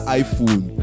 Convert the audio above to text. iphone